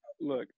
look